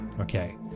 Okay